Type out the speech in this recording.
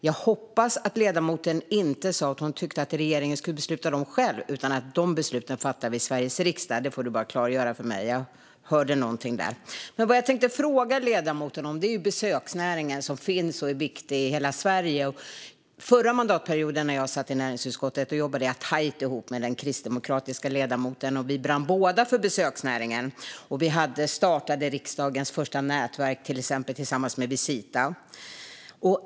Jag hoppas att ledamoten inte sa att hon tycker att regeringen ska besluta det själv utan att vi fattar de besluten i Sveriges riksdag. Det får ledamoten klargöra för mig. Jag hörde något där. Vad jag tänkte fråga ledamoten om är besöksnäringen, som finns och är viktig i hela Sverige. Förra mandatperioden, när jag satt i näringsutskottet, jobbade jag tajt ihop med den kristdemokratiska ledamoten. Vi brann båda för besöksnäringen. Vi startade till exempel riksdagens första nätverk tillsammans med Visita.